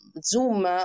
Zoom